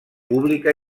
pública